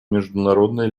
международной